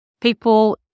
people